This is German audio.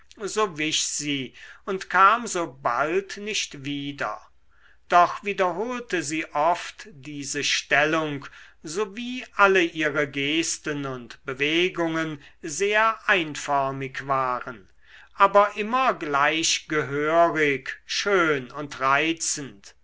so wich sie und kam so bald nicht wieder doch wiederholte sie oft diese stellung so wie alle ihre gesten und bewegungen sehr einförmig waren aber immer gleich gehörig schön und reizend